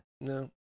No